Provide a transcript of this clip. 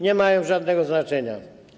nie mają żadnego znaczenia.